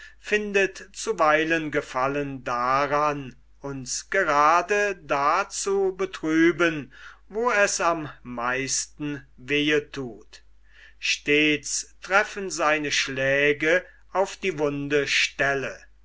findet zuweilen gefallen daran uns grade da zu betrüben wo es am meisten wehe thut stets treffen seine schläge auf die wunde stelle